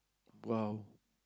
!wow!